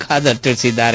ಖಾದರ್ ತಿಳಿಸಿದ್ದಾರೆ